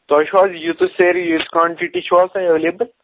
تۄہہِ چھُو حظ ییٖژٕ سیرِ ییٖژٕ کانٹِٹی چھَو حظ تۄہہِ ایٚویلیبُل